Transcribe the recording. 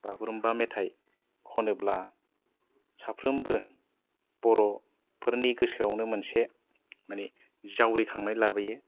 बागुरुमबा मेथाइ खनोब्ला साफ्रोमबो बर' फोरनि गोसोआवनो मोनसे माने जावलिखांनाय लाबोयो